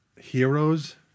heroes